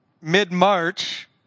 Mid-March